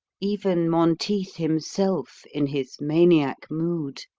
even monteith himself, in his maniac mood,